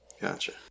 Gotcha